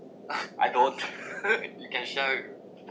I don't you can share